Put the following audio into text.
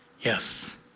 Yes